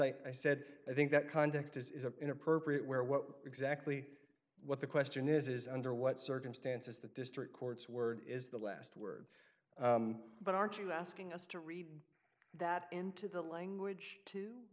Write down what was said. i said i think that context is an inappropriate where what exactly what the question is is under what circumstances the district court's word is the last word but aren't you asking us to read that into the language to